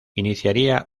iniciaría